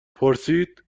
پرسید